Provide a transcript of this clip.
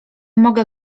mogę